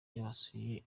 yabasuye